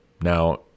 Now